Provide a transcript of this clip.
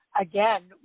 again